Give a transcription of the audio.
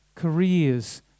careers